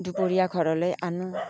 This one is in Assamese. দুপৰীয়া ঘৰলৈ আনো